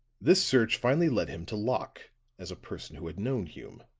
this search finally led him to locke as a person who had known hume,